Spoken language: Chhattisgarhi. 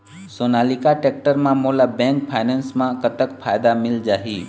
सोनालिका टेक्टर म मोला बैंक फाइनेंस म कतक फायदा मिल जाही?